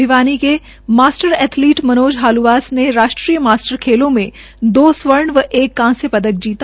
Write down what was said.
भिवानी के master athletic Manoj Haluwas ने राष्ट्रीय मास्टर खेलों में दो स्वर्ण और एक कांस्य पदक जीता